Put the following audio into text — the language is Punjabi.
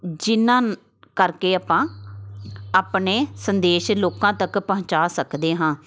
ਜਿਨ੍ਹਾਂ ਕਰਕੇ ਆਪਾਂ ਆਪਣੇ ਸੰਦੇਸ਼ ਲੋਕਾਂ ਤੱਕ ਪਹੁੰਚਾ ਸਕਦੇ ਹਾਂ